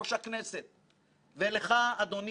נתת קודם כול יושב-ראש הכנסת,